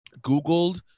Googled